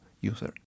user